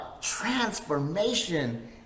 transformation